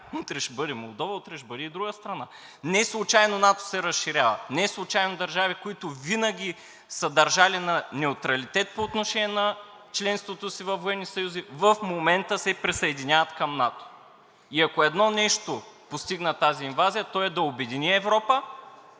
утре ще бъде Молдова, утре ще бъде друга страна. Неслучайно НАТО се разширява. Неслучайно държави, които винаги са държали на неутралитет по отношение на членството си във военни съюзи, в момента се присъединяват към НАТО и ако едно нещо постигна тази инвазия, то е да обедини Европа,